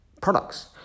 products